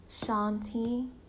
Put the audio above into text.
shanti